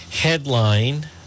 headline